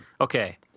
Okay